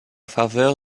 faveur